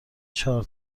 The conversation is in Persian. چهار